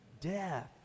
death